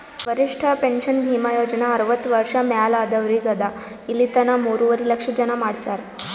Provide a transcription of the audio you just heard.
ವರಿಷ್ಠ ಪೆನ್ಷನ್ ಭೀಮಾ ಯೋಜನಾ ಅರ್ವತ್ತ ವರ್ಷ ಮ್ಯಾಲ ಆದವ್ರಿಗ್ ಅದಾ ಇಲಿತನ ಮೂರುವರಿ ಲಕ್ಷ ಜನ ಮಾಡಿಸ್ಯಾರ್